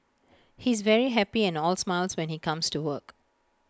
he's very happy and all smiles when he comes to work